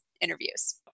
interviews